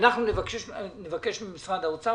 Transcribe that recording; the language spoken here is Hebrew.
אנחנו נבקש ממשרד האוצר,